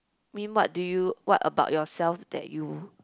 mean what do you what about yourself that you